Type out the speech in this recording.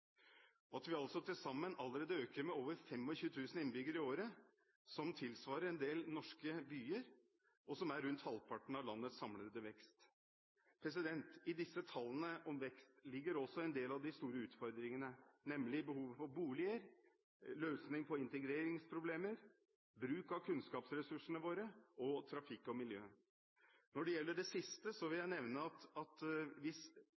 Til sammen øker vi allerede med over 25 000 innbyggere i året, noe som tilsvarer en del norske byer, og som er rundt halvparten av landets samlede vekst. I disse tallene om vekst ligger også en del av de store utfordringene, nemlig behovet for boliger, det å finne løsninger på integreringsproblemene, bruken av kunnskapsressursene våre og trafikk og miljø. Når det gjelder det siste, vil jeg nevne at hvis